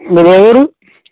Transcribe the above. మీదే ఊరు